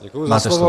Děkuji za slovo.